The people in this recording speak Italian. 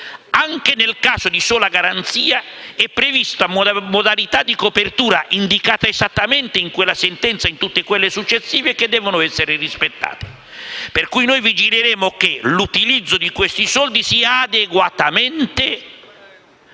Anche nel caso di sola garanzia è prevista una modalità di copertura, indicata esattamente in quella sentenza ed in tutte quelle successive, che deve essere rispettata. Per cui noi vigileremo affinché l'utilizzo di questi soldi sia adeguato e